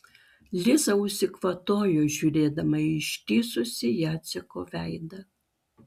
liza užsikvatojo žiūrėdama į ištįsusį jaceko veidą